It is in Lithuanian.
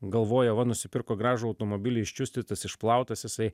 galvoja va nusipirko gražų automobilį iščiustytas išplautas jisai